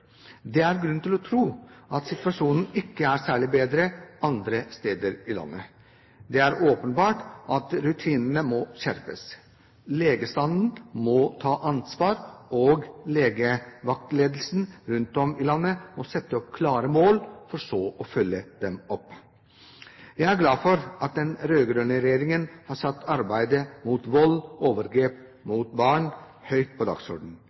Det er grunn til å tro at situasjonen ikke er særlig bedre andre steder i landet. Det er åpenbart at rutinene må skjerpes. Legestanden må ta ansvar, og legevaktledelsen rundt om i landet må sette opp klare mål, for så å følge dem opp. Jeg er glad for at den rød-grønne regjeringen har satt arbeidet mot vold og overgrep mot barn høyt på dagsordenen.